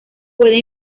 puede